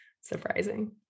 surprising